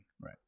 right